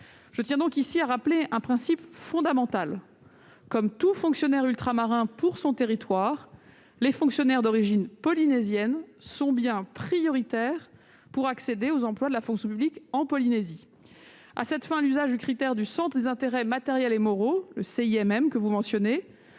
Je tiens à rappeler un principe fondamental : comme tout fonctionnaire ultramarin pour son territoire, les fonctionnaires d'origine polynésienne sont bien prioritaires pour accéder aux emplois de la fonction publique en Polynésie. À cette fin, le critère du centre des intérêts matériels et moraux, le CIMM, que vous mentionnez,